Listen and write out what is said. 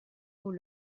aux